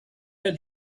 had